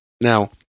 Now